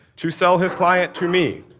to sell his client to me.